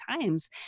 times